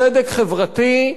צדק חברתי,